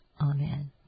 Amen